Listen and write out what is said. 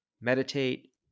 meditate